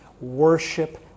worship